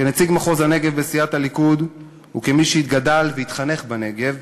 וכנציג מחוז הנגב בסיעת הליכוד וכמי שגדל והתחנך בנגב,